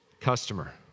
Customer